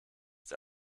der